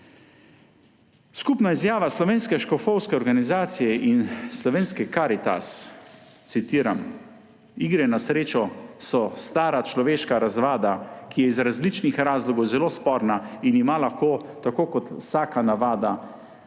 Skupna izjava Slovenske škofovske konference in Slovenske karitas, citiram: »Igre na srečo so stara človeška razvada, ki je iz različnih razlogov zelo sporna in ima lahko, tako kot vsaka razvada